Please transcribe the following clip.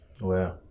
Wow